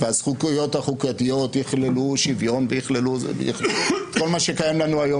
והזכויות החוקתיות יכללו שוויון ויכללו את כל מה שקיים לנו היום